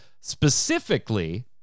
specifically